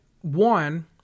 one